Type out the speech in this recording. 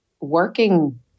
working